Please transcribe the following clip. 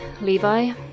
Levi